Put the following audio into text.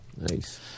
Nice